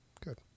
Good